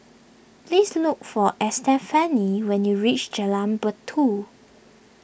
please look for Estefany when you reach Jalan Batu